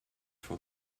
for